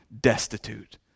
destitute